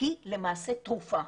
היא למעשה תרופה.